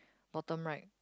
bottom right